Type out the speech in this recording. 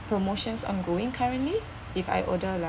promotions ongoing currently if I order like